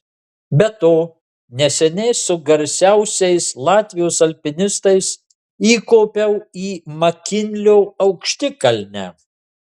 be to neseniai su garsiausiais latvijos alpinistais įkopiau į makinlio aukštikalnę